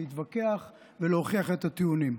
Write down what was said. להתווכח ולהוכיח את הטיעונים.